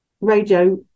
radio